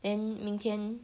then 明天